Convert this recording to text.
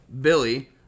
Billy